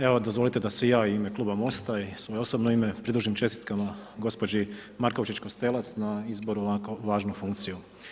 Evo dozvolite da se i ja u ime kluba Mosta i svoje osobno ime pridružim čestitkama gospođi Markovčić Kostelac na izboru na ovako važnu funkciju.